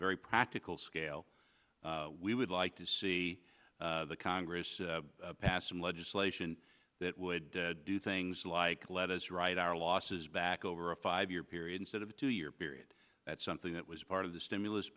very practical scale we would like to see the congress pass some legislation that would do things like let us write our losses back over a five year period instead of a two year period that's something that was part of the stimulus